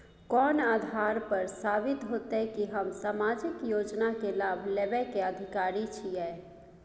कोन आधार पर साबित हेते की हम सामाजिक योजना के लाभ लेबे के अधिकारी छिये?